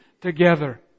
together